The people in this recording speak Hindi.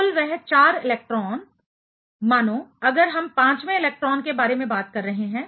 कुल वह 4 इलेक्ट्रॉन मानो अगर हम पाँचवें इलेक्ट्रॉन के बारे में बात कर रहे हैं